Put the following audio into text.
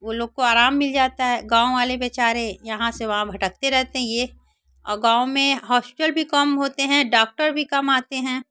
वह लोग को आराम मिल जाता है गाँव वाले बेचारे यहाँ से वहाँ भटकते रहते हैं यह और गाँव में हॉस्टल भी कम होते हैं डॉक्टर भी कम आते हैं